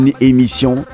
émission